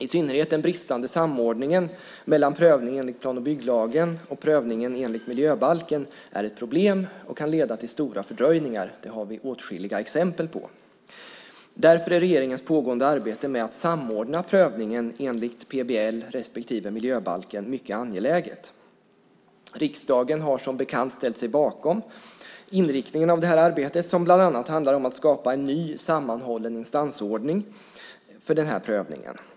I synnerhet den bristande samordningen mellan prövningen enligt plan och bygglagen och prövningen enligt miljöbalken är ett problem som kan leda till stora fördröjningar; det har vi åtskilliga exempel på. Därför är regeringens pågående arbete med att samordna prövningen enligt PBL respektive miljöbalken mycket angeläget. Riksdagen har som bekant ställt sig bakom inriktningen av arbetet, som bland annat handlar om att skapa en ny sammanhållen distansordning för prövningen.